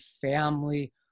family